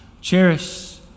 Cherish